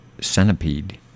Centipede